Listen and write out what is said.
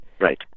Right